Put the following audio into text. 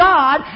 God